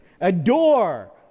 adore